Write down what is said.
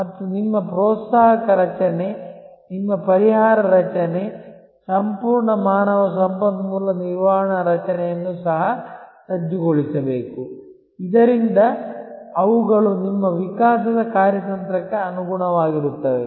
ಮತ್ತು ನಿಮ್ಮ ಪ್ರೋತ್ಸಾಹಕ ರಚನೆ ನಿಮ್ಮ ಪರಿಹಾರ ರಚನೆ ಸಂಪೂರ್ಣ ಮಾನವ ಸಂಪನ್ಮೂಲ ನಿರ್ವಹಣಾ ರಚನೆಯನ್ನು ಸಹ ಸಜ್ಜುಗೊಳಿಸಬೇಕು ಇದರಿಂದ ಅವುಗಳು ನಿಮ್ಮ ವಿಕಾಸದ ಕಾರ್ಯತಂತ್ರಕ್ಕೆ ಅನುಗುಣವಾಗಿರುತ್ತವೆ